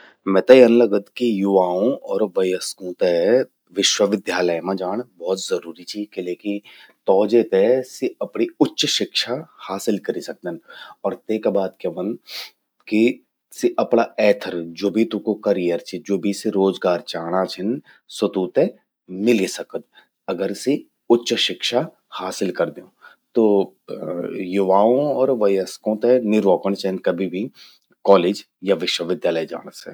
मेते यन लगद कि युवाओं और वयस्कूं ते विश्वविद्यालय मां जाण भौत जरूरी चि। किले कि तौ जेते सि अपणि उच्च शिक्षा हासिल करि सकदन। और तेका बाद क्य व्हंद कि सि अपणा एथर, ज्वो भी तूंकु करियर चि, ज्वो भी सि रोजगार चाणा छिन, स्वो तूंते मिलि सकद। अगर सि उच्च शिक्षा हासिल कर द्यों। तो युवाओं और वयस्कों ते नि र्वोकण चेंद कभि भी कॉलेज या विश्वविद्यालय जाण से।